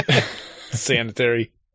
Sanitary